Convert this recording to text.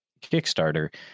Kickstarter